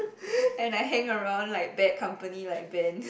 and I hang around like bad company like Ben